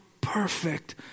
perfect